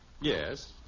Yes